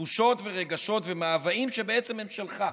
תחושות ורגשות ומאוויים שהם בעצם שלך,